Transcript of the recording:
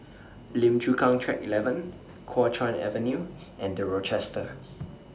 Lim Chu Kang Track eleven Kuo Chuan Avenue and The Rochester